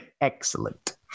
excellent